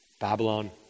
Babylon